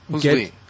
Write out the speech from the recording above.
get